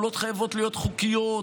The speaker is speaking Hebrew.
הפעולות חייבות להיות חוקיות,